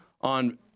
on